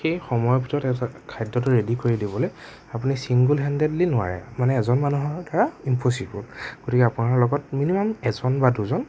সেই সময়ৰ ভিতৰত খাদ্যটো ৰেডি কৰি দিবলৈ আপুনি ছিংগল হেণ্ডেদলি নোৱাৰে মানে এজন মানুহৰ দ্বাৰা ইম্পছিব'ল গতিকে আপোনাৰ লগত মিনিমাম এজন বা দুজন